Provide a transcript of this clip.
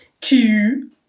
two